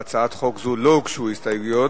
להצעת חוק זו לא הוגשו הסתייגויות,